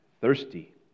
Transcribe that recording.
thirsty